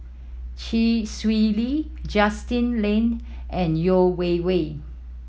Chee Swee Lee Justin Lean and Yeo Wei Wei